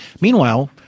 Meanwhile